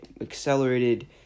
accelerated